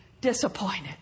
disappointed